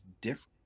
different